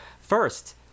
first